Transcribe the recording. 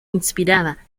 inspirada